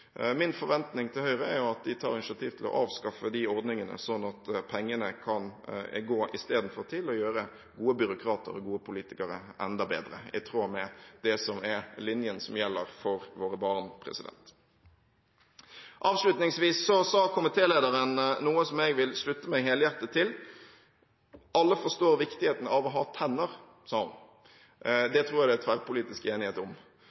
Min forventning til Høyre er at de tar initiativ til å avskaffe disse ordningene, sånn at pengene istedenfor kan gå til å gjøre gode byråkrater og gode politikere enda bedre, i tråd med det som er linjen som gjelder for våre barn. Avslutningsvis sa komitélederen noe som jeg vil slutte meg helhjertet til: Alle forstår viktigheten av å ha tenner, sa hun. Det tror jeg det er tverrpolitisk enighet om!